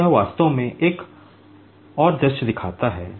तो यह वास्तव में एक और दृश्य दिखाता है